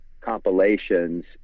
compilations